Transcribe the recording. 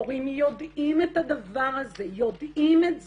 הורים יודעים את הדבר הזה, יודעים את זה,